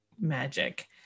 magic